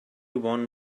one